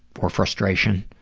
or frustration